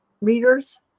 readers